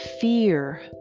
Fear